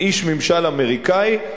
עם איש ממשל אמריקני,